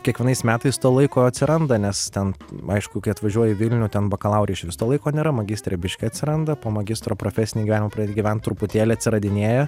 kiekvienais metais to laiko atsiranda nes ten aišku kai atvažiuoji į vilnių ten bakalaure išvis to laiko nėra magistre biškį atsiranda po magistro profesinį gyvenimą pradedi gyvent truputėlį atsiradinėja